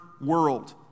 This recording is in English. world